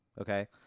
okay